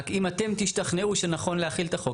רק אם אתם תשתכנעו שנכון להחיל את החוק,